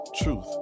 truth